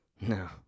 No